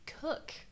cook